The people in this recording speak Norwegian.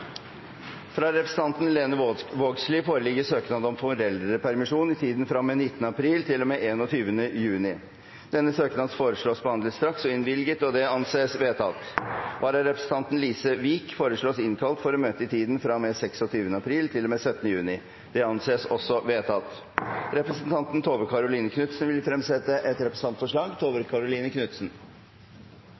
Fra representanten Lene Vågslid foreligger søknad om foreldrepermisjon i tiden fra og med 19. april til og med 21. juni. Etter forslag fra presidenten ble enstemmig besluttet: Søknaden behandles straks og innvilges. Vararepresentanten, Lise Wiik, innkalles for å møte i tiden fra og med 26. april til og med 17. juni. Representanten Tove Karoline Knutsen vil fremsette et representantforslag.